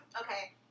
Okay